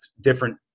different